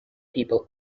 people